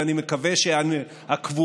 ואני מקווה הקבועה,